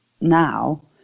now